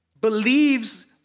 believes